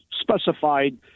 specified